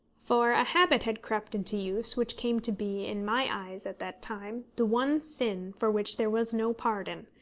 for a habit had crept into use, which came to be, in my eyes, at that time, the one sin for which there was no pardon,